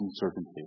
uncertainty